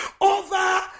over